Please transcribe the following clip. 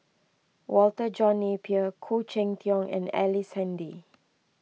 Walter John Napier Khoo Cheng Tiong and Ellice Handy